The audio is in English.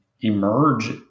emerge